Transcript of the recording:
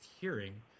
hearing